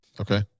okay